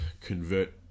convert